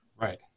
Right